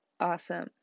awesome